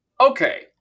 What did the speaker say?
okay